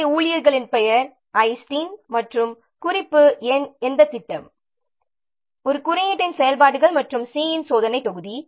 எனவே ஊழியர்களின் பெயர் ஜஸ்டின் மற்றும் குறிப்பு எண் எந்த திட்டம் ஒரு குறியீட்டின் செயல்பாடுகள் மற்றும் சி இன் சோதனை தொகுதி